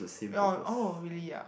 oh oh really ah